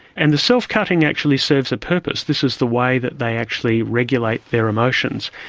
and the self-cutting actually serves a purpose, this is the way that they actually regulate their emotions,